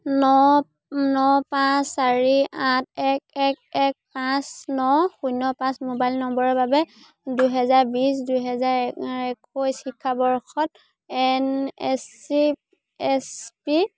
ন ন পাঁচ চাৰি আঠ এক এক এক পাঁচ ন শূন্য পাঁচ মোবাইল নম্বৰৰ বাবে দুহেজাৰ বিছ দুহেজাৰ একৈছ শিক্ষাবৰ্ষত এন এছ পিত